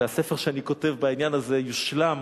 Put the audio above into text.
והספר שאני כותב בעניין הזה יושלם,